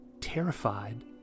Terrified